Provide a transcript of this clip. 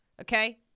okay